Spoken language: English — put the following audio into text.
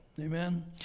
amen